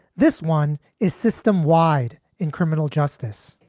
this one is system wide in criminal justice,